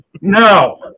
No